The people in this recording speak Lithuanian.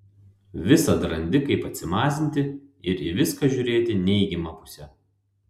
visad randi kaip atsimazinti ir į viską žiūrėti neigiama puse